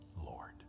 Lord